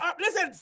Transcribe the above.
listen